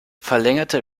verlängerte